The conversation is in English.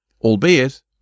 Albeit